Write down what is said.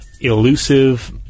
elusive